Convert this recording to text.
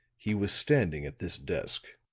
he was standing at this desk.